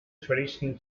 traditional